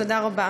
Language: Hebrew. תודה רבה.